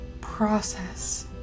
process